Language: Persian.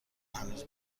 هنوز